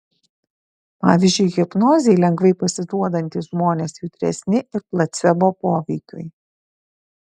pavyzdžiui hipnozei lengvai pasiduodantys žmonės jautresni ir placebo poveikiui